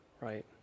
right